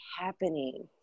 happening